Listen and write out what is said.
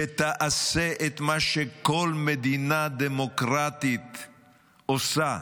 שתעשה את מה שכל מדינה דמוקרטית עושה,